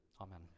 Amen